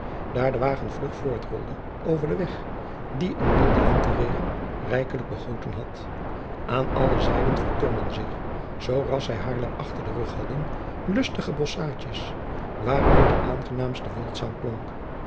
daar de wagen vlug voortrolde over den weg dien een milde lenteregen rijkelijk begoten had aan alle zijden vertoonden zich zoo ras zij haarlem achter den rug hadden lustige bosscnaadjes waaruit de aangenaamste wildzang klonk